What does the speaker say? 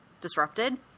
disrupted